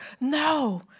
No